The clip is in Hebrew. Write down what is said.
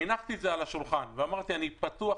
הנחתי את זה על השולחן ואמרתי שאני פתוח